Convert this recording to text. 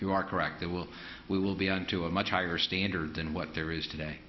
you are correct that will we will be on to a much higher standard than what there is today